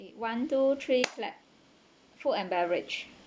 okay one two three clap food and beverage